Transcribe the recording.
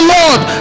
lord